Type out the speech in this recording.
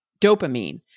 dopamine